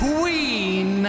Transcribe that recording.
Queen